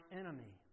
enemy